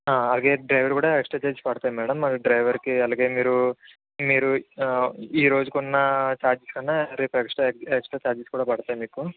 అలాగే డ్రైవర్ కూడా extra charges పడతాయి మ్యాడం డ్రైవర్కి అలాగే మీరు మీరు ఈ రోజుకి ఉన్న చార్జెస్ కన్నా రేపు ఎక్స్ట్రా ఎక్స్ట్రా చార్జెస్ కూడా పడతాయి మీకు